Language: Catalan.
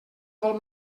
vol